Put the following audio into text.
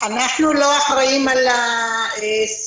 אנחנו לא אחראים על הסיעודיות,